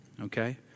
Okay